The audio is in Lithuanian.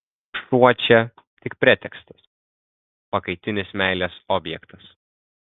šuo čia tik pretekstas pakaitinis meilės objektas